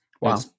Wow